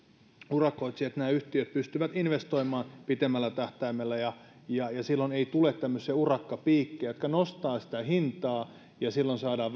urakoitsijat nämä yhtiöt pystyvät investoimaan pitemmällä tähtäimellä ja ja silloin ei tule tämmöisiä urakkapiikkejä jotka nostavat sitä hintaa jolloin saadaan